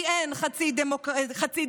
כי אין חצי דיקטטורה,